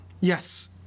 Yes